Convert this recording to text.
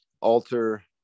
alter